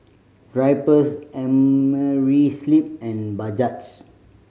Drypers Amerisleep and Bajaj